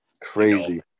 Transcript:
Crazy